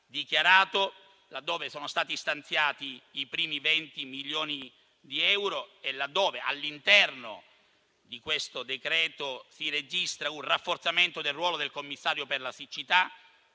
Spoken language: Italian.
emergenza, laddove sono stati stanziati i primi 20 milioni di euro e all'interno di questo decreto-legge si registra un rafforzamento del ruolo del Commissario per la siccità